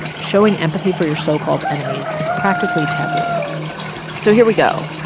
showing empathy for your so-called enemies is practically taboo so here we go.